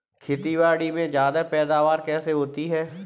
खेतीबाड़ी में ज्यादा पैदावार कैसे होती है?